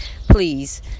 please